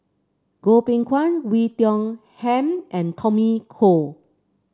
Goh Beng Kwan Oei Tiong Ham and Tommy Koh